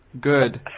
good